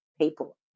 people